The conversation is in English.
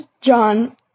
John